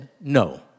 no